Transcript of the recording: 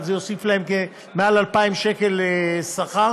אבל זה יוסיף להם מעל 2,000 שקל לשכר,